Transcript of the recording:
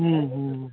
हुँ हुँ